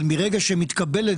אבל מרגע שמתקבלת